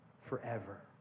forever